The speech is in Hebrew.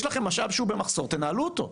יש לכם משאב שהוא במחזור תנהלו אותו,